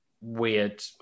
weird